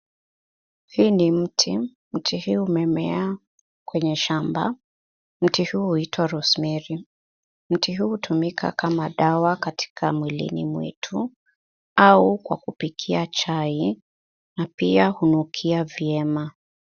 Huu ni mti, mti huu umemea kwenye shamba. Mti huu huitwa Rosemary . Mti huu hutumika kama dawa katika mwilini mwetu, au kwa kupikia chai, na pia hunukia vyema.